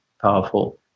powerful